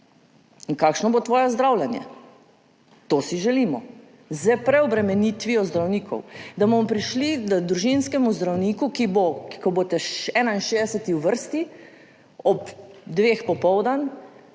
in kakšno bo tvoje zdravljenje. To si želimo s preobremenitvijo zdravnikov, da bomo prišli k družinskemu zdravniku, ko boste 61. v vrsti, ob dveh popoldan,